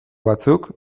batzuk